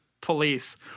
police